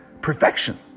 perfection